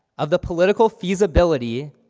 of the political feasibility